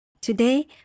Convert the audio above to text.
Today